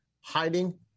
hiding